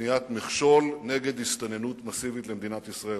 לבניית מכשול נגד הסתננות מסיבית למדינת ישראל.